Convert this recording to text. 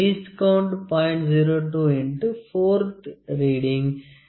02 X 4 ஆவது reading 51